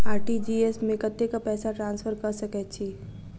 RTGS मे कतेक पैसा ट्रान्सफर कऽ सकैत छी?